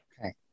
Okay